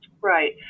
Right